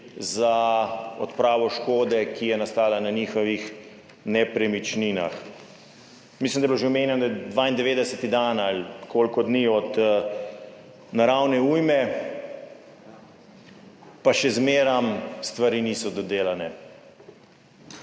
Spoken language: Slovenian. za odpravo škode, ki je nastala na njihovih nepremičninah. Mislim, da je bilo že omenjeno, da je 92. dan ali koliko dni od naravne ujme, pa še zmeraj stvari niso dodelane.